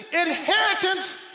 inheritance